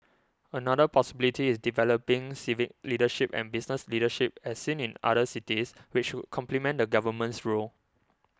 another possibility is developing civic leadership and business leadership as seen in other cities which could complement the Government's role